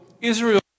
Israel